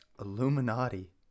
illuminati